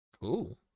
Cool